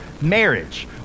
marriage